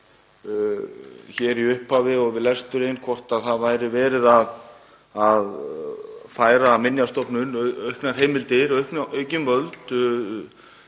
hér í upphafi og við lesturinn var hvort það væri verið að færa Minjastofnun auknar heimildir, aukin völd